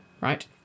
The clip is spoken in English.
right